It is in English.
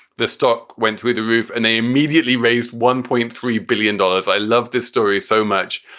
the stock went through the roof and they immediately raised one point three billion dollars. i love this story so much